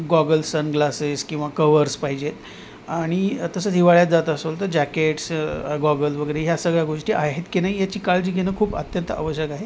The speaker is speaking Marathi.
गॉगल्स सनग्लासेस किंवा कवर्स पाहिजेत आणि तसं ह हिवाळ्यात जात असंल तर जॅकेटस गॉगल्स वगैरे ह्या सगळ्या गोष्टी आहेत की नाही याची काळजी घेणं खूप अत्यंत आवश्यक आहे